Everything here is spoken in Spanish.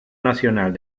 nacional